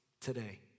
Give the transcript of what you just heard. today